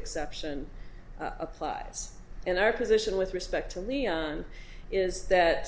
exception applies and our position with respect to leon is that